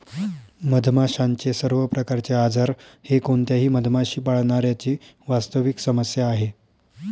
मधमाशांचे सर्व प्रकारचे आजार हे कोणत्याही मधमाशी पाळणाऱ्या ची वास्तविक समस्या आहे